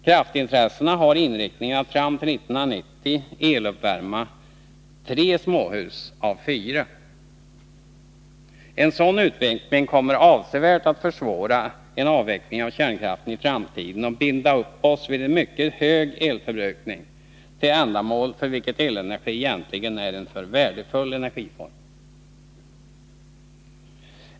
Kraftintressena har inriktningen att fram till 1990 eluppvärma tre småhus av fyra. En sådan utveckling kommer att avsevärt försvåra en avveckling av kärnkraften i framtiden och binda upp oss vid en mycket hög elförbrukning till ett ändamål för vilket elenergi egentligen är en för värdefull energiform.